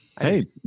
Hey